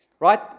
Right